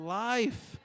life